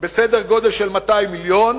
בסדר-גודל של 200 מיליון,